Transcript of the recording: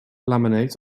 laminate